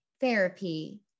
therapy